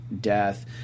death